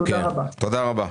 תודה רבה.